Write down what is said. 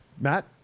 Matt